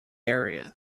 area